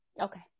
Okay